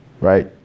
right